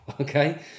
okay